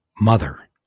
Mother